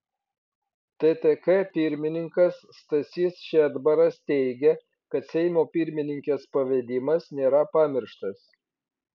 ttk pirmininkas stasys šedbaras teigė kad seimo pirmininkės pavedimas nėra pamirštas